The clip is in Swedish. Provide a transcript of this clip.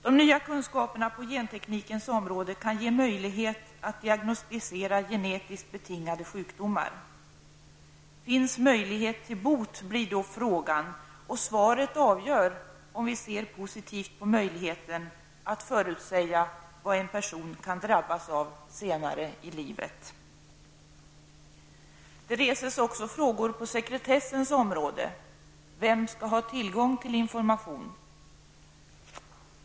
De nya kunskaperna på genteknikens område kan ge möjlighet att diagnostisera genetiskt betingade sjukdomar. Man frågar sig då om det finns möjlighet till bot. Svaret avgör om vi ser positivt på möjligheten att förutsäga vad en person kan drabbas av senare i livet. Det reses också frågor på sekretessens område. Vem skall ha tillgång till information?